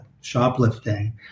shoplifting